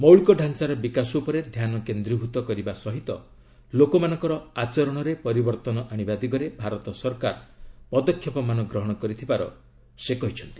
ମୌଳିକ ଡାଞ୍ଚାର ବିକାଶ ଉପରେ ଧ୍ୟାନ କେନ୍ଦ୍ରୀଭୂତ କରିବା ସହିତ ଲୋକମାନଙ୍କର ଆଚରଣରେ ପରିବର୍ତ୍ତନ ଆଣିବା ଦିଗରେ ଭାରତ ସରକାର ପଦକ୍ଷେପମାନ ଗ୍ରହଣ କରିଥିବାର ସେ କହିଛନ୍ତି